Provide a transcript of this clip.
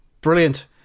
Brilliant